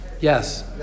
Yes